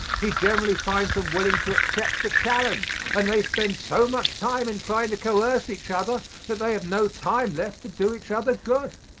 he generally finds them willing to accept the challenge and they spend so much time in trying to coerce each other that they have no time left to do each other good.